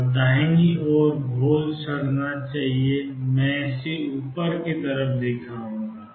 और दाहिनी ओर घोल सड़ना चाहिए मैं इसे ऊपर की तरफ दिखाऊंगा